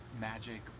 magic